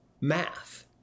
math